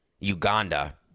Uganda